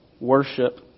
worship